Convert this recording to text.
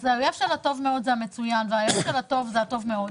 אז האויב של הטוב מאוד הוא המצוין והאויב של הטוב זה הטוב מאוד,